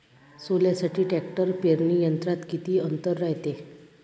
सोल्यासाठी ट्रॅक्टर पेरणी यंत्रात किती अंतर रायते?